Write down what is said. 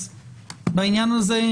בעניין הזה,